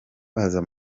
baza